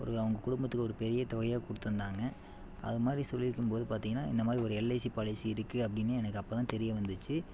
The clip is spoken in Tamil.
ஒரு அவங்க குடும்பத்துக்கு ஒரு பெரியத்தொகையாக கொடுத்துருந்தாங்க அதுமாதிரி சொல்லியிருக்கும்போது பார்த்திங்கன்னா இந்தமாதிரி ஒரு எல்ஐசி பாலிசி இருக்குது அப்படின்னு எனக்கு அப்போதான் தெரிய வந்துச்சு